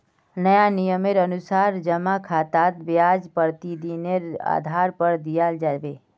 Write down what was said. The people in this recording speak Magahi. नया नियमेर अनुसार जमा खातात ब्याज प्रतिदिनेर आधार पर दियाल जाबे